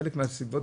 חלק מהסיבות,